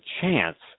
chance